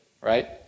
right